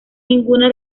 ninguna